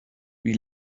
wie